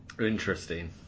Interesting